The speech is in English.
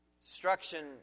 Instruction